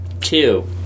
Two